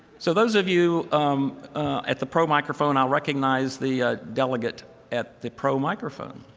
so those of you at the pro microphone, i'll recognize the delegate at the pro microphone.